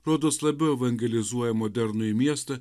rodos labiau evangelizuoja modernųjį miestą